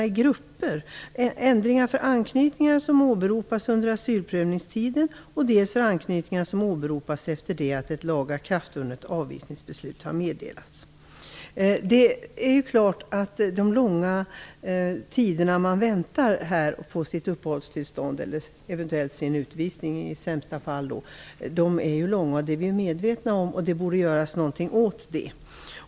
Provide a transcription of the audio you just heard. Det gäller dels ändringar för anknytningar som åberopas under asylprövningstiden, dels för anknytningar som åberopas efter det att ett lagakraftvunnet avvisningsbeslut har meddelats. Vi är medvetna om de långa väntetiderna för uppehållstillstånd - eller i sämsta fall utvisning. Någonting borde göras åt detta.